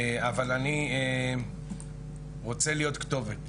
אני רוצה להיות כתובת.